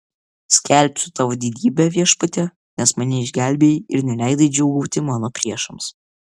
skelbsiu tavo didybę viešpatie nes mane išgelbėjai ir neleidai džiūgauti mano priešams